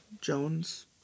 Jones